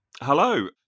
Hello